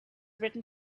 written